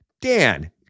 Dan